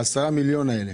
ה-10 מיליון האלה